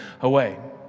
away